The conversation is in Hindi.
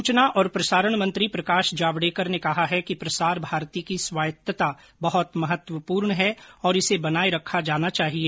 सूचना और प्रसारण मंत्री प्रकाश जावड़ेकर ने कहा है कि प्रसार भारती की स्वायत्तता बहत महत्वपूर्ण हैं और इसे बनाये रखना चाहिए